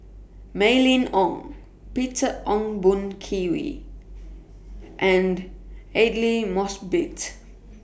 Mylene Ong Peter Ong Boon Kwee and Aidli Mosbit